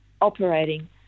operating